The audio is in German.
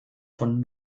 von